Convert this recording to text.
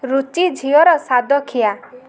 ରୁଚି ଝିଅର ଶାଦ ଖିଆ